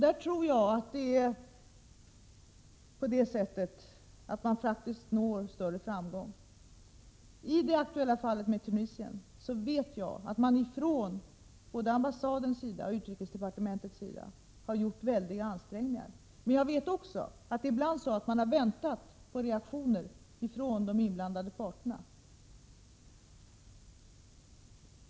Jag tror att man faktiskt når större framgång på det sättet. I det aktuella fallet som gäller Tunisien vet jag att man från både ambassadens och utrikesdepartementets sida har gjort väldiga ansträngningar. Jag vet också att man ibland har väntat på reaktioner från de inblandade parterna.